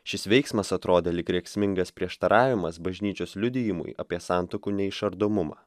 šis veiksmas atrodė lyg rėksmingas prieštaravimas bažnyčios liudijimui apie santuokų neišardomumą